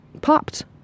popped